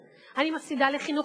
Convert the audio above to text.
ואני בעניין הזה קוראת לראש הממשלה,